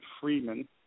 Freeman